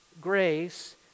grace